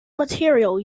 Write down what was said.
material